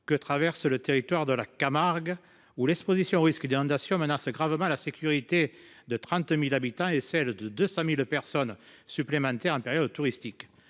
que traverse le territoire de la Camargue, où l’exposition au risque d’inondation menace gravement la sécurité de 30 000 habitants et celle de 200 000 personnes supplémentaires en période touristique.